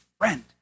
friend